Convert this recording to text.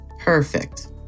Perfect